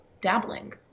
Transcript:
dabbling